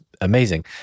amazing